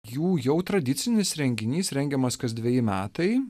jų jau tradicinis renginys rengiamas kas dveji metai